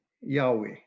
Yahweh